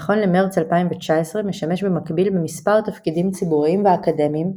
נכון למרץ 2019 משמש במקביל במספר תפקידים ציבוריים ואקדמיים,